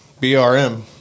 BRM